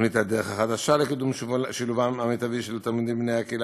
תוכנית הדרך החדשה לקידום שילובם המיטבי של תלמידים בני הקהילה